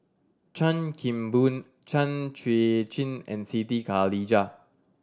Chan Kim Boon Chan Chuan Jin and Siti Khalijah